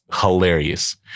hilarious